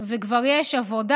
וכבר יש עבודה.